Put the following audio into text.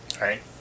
Right